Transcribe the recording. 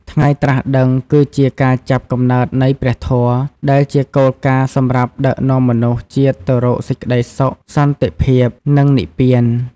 ថ្ងៃត្រាស់ដឹង គឺជាការចាប់កំណើតនៃព្រះធម៌ ដែលជាគោលការណ៍សម្រាប់ដឹកនាំមនុស្សជាតិទៅរកសេចក្ដីសុខ សន្តិភាព និងនិព្វាន។